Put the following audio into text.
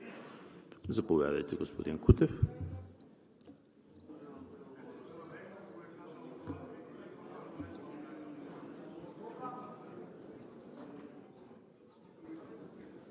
Заповядайте, господин Кутев.